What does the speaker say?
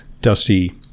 dusty